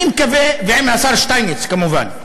ועם השר שטייניץ כמובן,